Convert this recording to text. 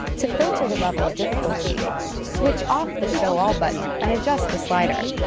to filter the level of difficulty switch off the show all button and adjust the slider